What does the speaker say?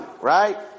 Right